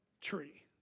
tree